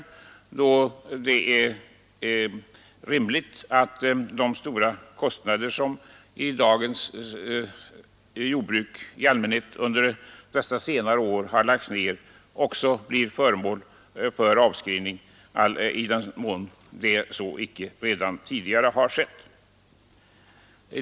Vi anser att det är rimligt att de stora kostnader som under senare år lagts ned i jordbruksrörelser också blir föremål för avskrivning, i den mån så icke tidigare har skett.